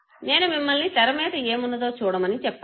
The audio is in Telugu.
నేను మిమ్మలిని తెరమీద ఏమున్నదో చూడమని చెప్పాను